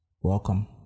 Welcome